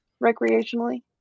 recreationally